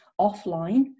offline